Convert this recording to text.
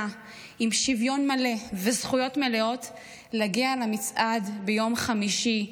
עם שוויון מלא וזכויות מלאות להגיע למצעד ביום חמישי,